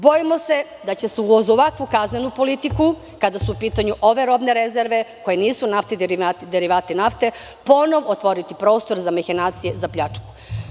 Bojimo se da će se uz ovakvu kaznenu politiku, kada su u pitanju ove robne rezerve, koji nisu naftni derivati, ponovo otvoriti prostor za mahinacije i pljačku.